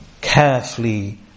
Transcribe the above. carefully